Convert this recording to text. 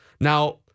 Now